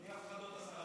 בלי הפחדות, השר אמסלם.